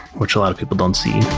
which a lot of people don't see